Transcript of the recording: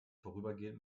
vorübergehend